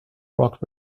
rock